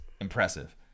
impressive